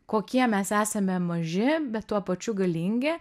kokie mes esame maži bet tuo pačiu galingi